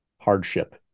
hardship